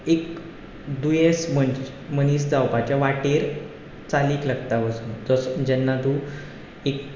एक दुयेंस मनीस जावपाचे वाठेर चालीक लागता वचूंक जेन्ना तूं एक